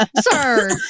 Sir